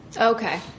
Okay